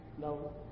no